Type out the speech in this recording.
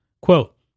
Quote